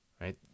right